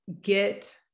get